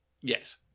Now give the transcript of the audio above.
yes